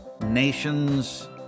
nations